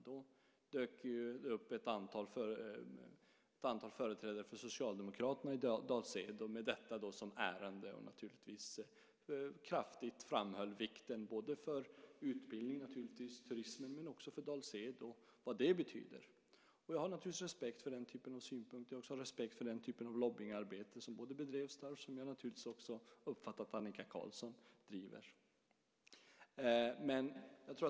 Då dök det upp ett antal företrädare för Socialdemokraterna i Dals Ed med detta som ärende. De framhöll naturligtvis kraftigt vikten både för utbildningen och för turismen, men också för Dals Ed och vad det betyder. Jag har naturligtvis respekt för den typen av synpunkter. Jag har också respekt för den typen av lobbyingarbete som bedrevs där och som jag också uppfattar att Annika Qarlsson bedriver.